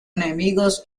enemigos